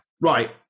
Right